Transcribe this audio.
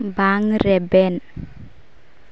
ᱵᱟᱝ ᱨᱮᱵᱮᱱ